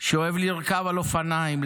שאוהב לרכוב על אופניים,